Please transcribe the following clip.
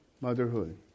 motherhood